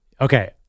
Okay